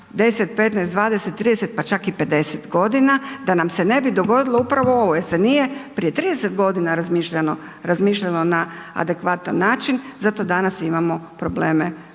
10,15,20,30 pa čak i 50 godina da nam se ne bi dogodilo upravo ovo jer se nije prije 30 godina razmišljalo na adekvatan način zato danas imamo probleme